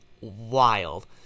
wild